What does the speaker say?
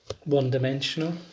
one-dimensional